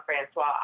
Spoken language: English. Francois